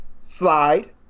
slide